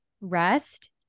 rest